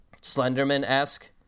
slenderman-esque